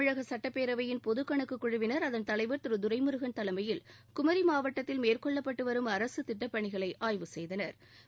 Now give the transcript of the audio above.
தமிழக சட்டப்பேரவையின் பொதுக்கணக்கு குழுவினா் அதன் தலைவா் திரு துரைமுருகன் தலைமையில் குமி மாவட்டத்தில் மேற்கொள்ளப்பட்டுவரும் அரசுத் திட்ட பணிகளை ஆய்வு செய்தனா்